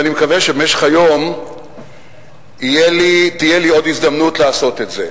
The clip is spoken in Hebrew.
ואני מקווה שבמשך היום תהיה לי עוד הזדמנות לעשות את זה,